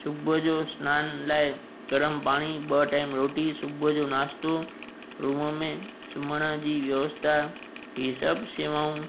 सुबुह जो सनान लाइ गरम पाणी ॿ टाइम रोटी सुबुह जो नाश्तो रूम में सुम्हण जी व्यवस्था ई सभु शेवाऊं